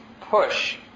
push